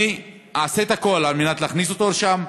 אני אעשה הכול כדי להכניס אותו לשם.